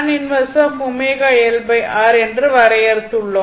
எனவே என்று வரையறுத்துள்ளோம்